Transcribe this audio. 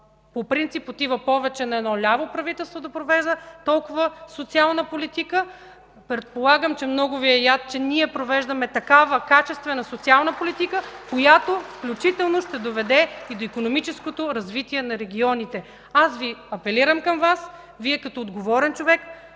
по принцип отива повече на едно ляво правителство да провежда толкова социална политика. (Ръкопляскания от ГЕРБ.) Предполагам, че много Ви е яд, че ние провеждаме такава качествена социална политика, която включително ще доведе до икономическото развитие на регионите. Аз апелирам към Вас – Вие като отговорен човек,